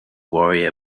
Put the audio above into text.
worry